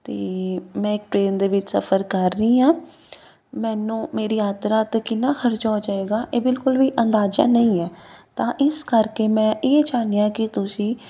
ਅਤੇ ਮੈਂ ਇੱਕ ਟਰੇਨ ਦੇ ਵਿੱਚ ਸਫਰ ਕਰ ਰਹੀ ਹਾਂ ਮੈਨੂੰ ਮੇਰੀ ਯਾਤਰਾ 'ਤੇ ਕਿੰਨਾ ਖਰਚਾ ਹੋ ਜਾਏਗਾ ਇਹ ਬਿਲਕੁਲ ਵੀ ਅੰਦਾਜ਼ਾ ਨਹੀਂ ਹੈ ਤਾਂ ਇਸ ਕਰਕੇ ਮੈਂ ਇਹ ਚਾਹੁੰਦੀ ਹਾਂ ਕਿ ਤੁਸੀਂ